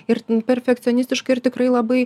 ir perfekcionistiškai ir tikrai labai